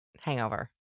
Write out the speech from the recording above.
hangover